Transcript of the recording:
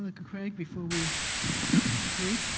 like craig, before we conclude?